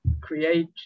create